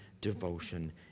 devotion